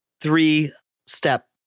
three-step